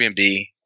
airbnb